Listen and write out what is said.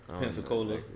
Pensacola